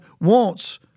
wants